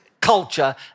culture